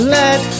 let